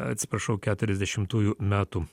atsiprašau keturiasdešimtųjų metų